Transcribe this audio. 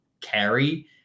carry